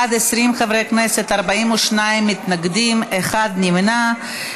בעד, 20 חברי כנסת, 42 מתנגדים, אחד נמנע.